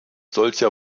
solcher